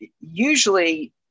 usually